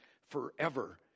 forever